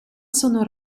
sono